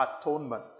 atonement